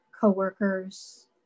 coworkers